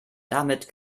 damit